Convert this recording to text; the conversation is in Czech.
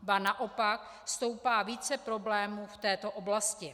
Ba naopak, stoupá více problémů v této oblasti.